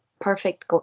perfect